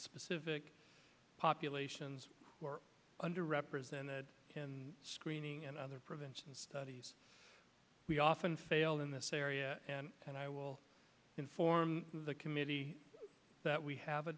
specific populations under represented in screening and other prevention studies we often fail in this area and i will inform the committee that we have a